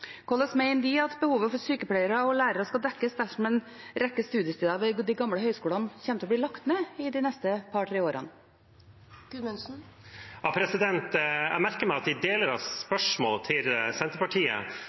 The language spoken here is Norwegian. Hvordan mener de at behovet for sykepleiere og lærere skal dekkes dersom en rekke studiesteder ved de gamle høgskolene blir lagt ned de neste par–tre årene? Jeg merker meg at i deler av spørsmålet fra Senterpartiet